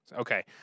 Okay